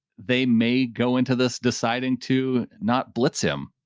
they may go into this deciding to not blitz him.